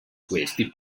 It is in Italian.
questi